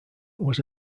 was